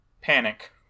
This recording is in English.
panic